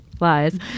lies